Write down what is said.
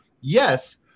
Yes